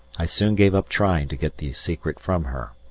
i soon gave up trying to get the secret from her,